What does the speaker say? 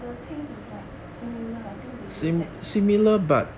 the taste is like similar I think they use that